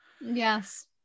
yes